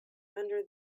under